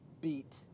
beat